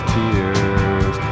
tears